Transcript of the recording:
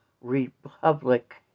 Republic